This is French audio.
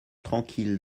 tranquille